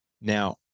Now